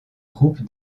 groupe